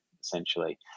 essentially